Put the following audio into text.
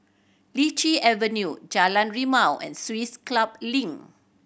Lichi Avenue Jalan Rimau and Swiss Club Link